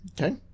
Okay